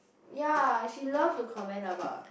ya she love to comment about